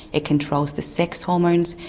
it controls the sex hormones,